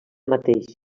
mateix